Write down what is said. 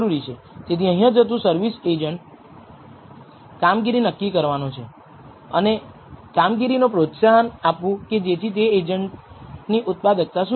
તેથી અહીંયાં હતું સર્વિસ એજન્ટ કામગીરી નક્કી કરવાનો છે અને કામગીરી ને પ્રોત્સાહન આપવું કે જેથી તે એજન્ટની ઉત્પાદકતા સુધરે